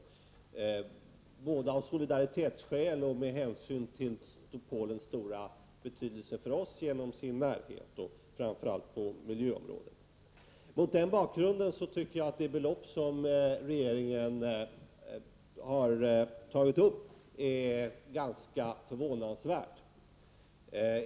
Det är viktigt av solidariska skäl men också med hänsyn till Polens på grund av sin närhet, stora betydelse för oss framför allt på miljöområdet. Mot den bakgrunden tycker jag att det belopp som regeringen har tagit upp är förvånansvärt.